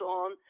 on